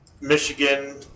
Michigan